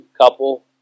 couple